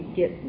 get